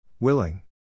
Willing